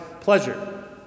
pleasure